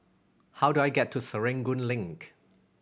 how do I get to Serangoon Link